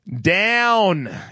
Down